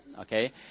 Okay